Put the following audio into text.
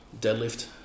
deadlift